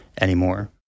anymore